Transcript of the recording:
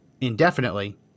indefinitely